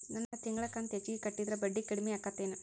ನನ್ ತಿಂಗಳ ಕಂತ ಹೆಚ್ಚಿಗೆ ಕಟ್ಟಿದ್ರ ಬಡ್ಡಿ ಕಡಿಮಿ ಆಕ್ಕೆತೇನು?